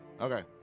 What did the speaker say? Okay